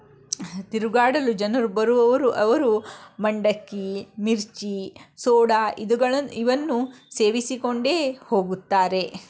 ತಿರುಗಾಡಲು ಜನರು ಬರುವವರು ಅವರು ಮಂಡಕ್ಕಿ ಮಿರ್ಚಿ ಸೋಡಾ ಇದುಗಳನ್ನು ಇವನ್ನು ಸೇವಿಸಿಕೊಂಡೇ ಹೋಗುತ್ತಾರೆ